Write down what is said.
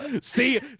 see